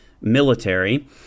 military